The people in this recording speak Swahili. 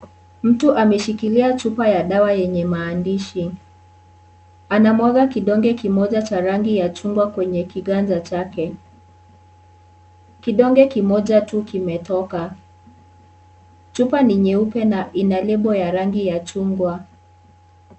Mtu ameshikilia chupa ya dawa yenye maandishi, anamwaga kidonge kimoja cha rangi ya chungwa kwenye kiganja chake, kidonge kimoja tu kimetoka, chupa ni nyeupe na ina label ya rangi ya chungwa.